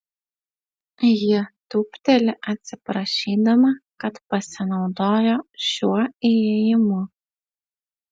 ji tūpteli atsiprašydama kad pasinaudojo šiuo įėjimu